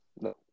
No